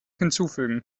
hinzufügen